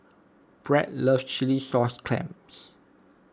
Brad loves Chilli Sauce Clams